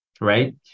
right